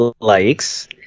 likes